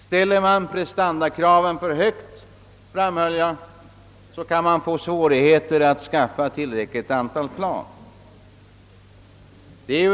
Ställer man prestandakraven för högt kan man, som jag framhöll, få svårigheter att skaffa tillräckligt många plan.